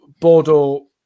Bordeaux